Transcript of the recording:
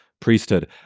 priesthood